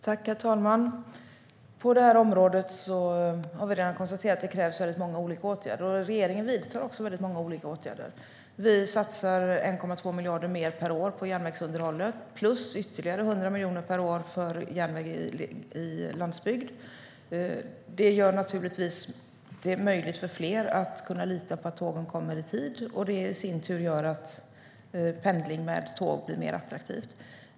Herr talman! Vi har redan konstaterat att det krävs många olika åtgärder på det här området. Regeringen vidtar också många olika åtgärder. Vi satsar 1,2 miljarder mer per år på järnvägsunderhållet plus ytterligare 100 miljoner per år för järnväg i landsbygd. Det gör det möjligt för fler att lita på att tågen kommer i tid. Det gör i sin tur så att pendling med tåg blir mer attraktivt.